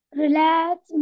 relax